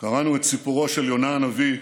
קראנו את סיפורו של יונה הנביא,